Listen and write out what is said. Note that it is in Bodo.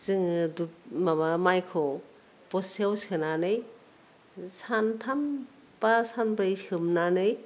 जोङो माबा माइखौ बसथायाव सोनानै सानथामबा सानब्रै सोमनानै